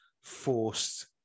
forced